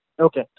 Okay